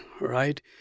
right